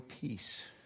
peace